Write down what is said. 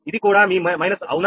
ఇది కూడా మీ మైనస్ అవునా